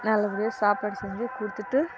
நல்லபடியா சாப்பாடு செஞ்சி குடுத்துட்டு